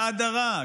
האדרה,